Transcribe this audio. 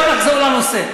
בואו נחזור לנושא,